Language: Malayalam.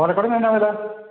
ഓലക്കൊടിയന് എന്താണ് വില